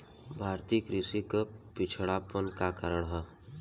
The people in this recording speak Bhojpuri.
भारतीय कृषि क पिछड़ापन क कारण का ह?